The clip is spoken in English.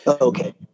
okay